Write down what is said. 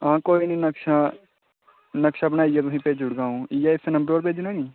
हां कोई निं नक्शा नक्शा बनाइयै तुसें ई भेजी ओड़गा अ'ऊं चलो इस्सै नंबर पर भेजना निं